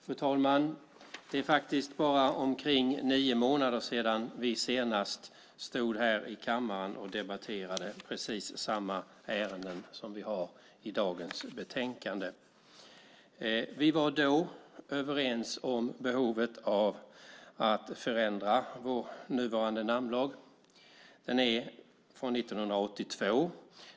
Fru talman! Det är bara omkring nio månader sedan vi här i kammaren senast debatterade precis samma ärende som i detta betänkande. Vi var då överens om behovet av att förändra nuvarande namnlag. Den är från 1982.